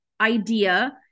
idea